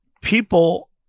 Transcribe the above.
people